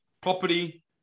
property